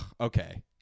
okay